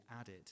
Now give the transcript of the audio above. added